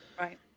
Right